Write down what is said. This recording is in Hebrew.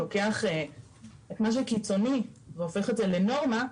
לוקח מה שהוא קיצוני והופך את זה לנורמה,